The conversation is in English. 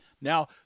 Now